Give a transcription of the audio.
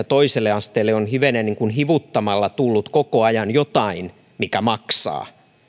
toiselle asteelle on hivenen niin kuin hivuttamalla tullut koko ajan jotain mikä maksaa